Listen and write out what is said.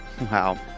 Wow